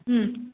ம்